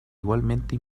igualmente